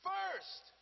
First